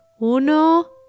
Uno